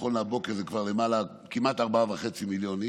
שנכון להבוקר זה כבר כמעט 4.5 מיליון איש,